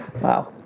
Wow